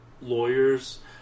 lawyers